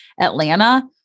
Atlanta